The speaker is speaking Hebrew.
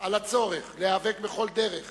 על הצורך להיאבק בכל דרך